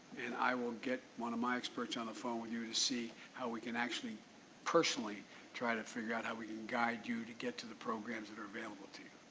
and i will get one of my experts on the phone with you to see how we can actually personally try to figure out how we can guide you to get to the programs that are available to